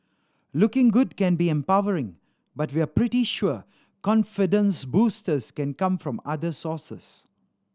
looking good can be empowering but we're pretty sure confidence boosters can come from other sources